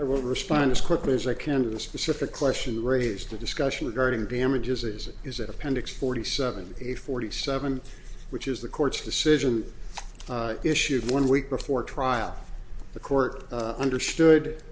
will respond as quickly as i can to the specific question raised the discussion regarding damages as it is at appendix forty seven eight forty seven which is the court's decision issued one week before trial the court understood